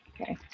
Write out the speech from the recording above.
Okay